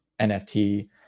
NFT